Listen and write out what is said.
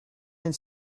and